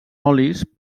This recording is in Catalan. olis